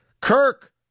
Kirk